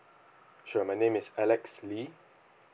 sure my name is alex lee